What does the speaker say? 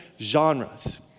genres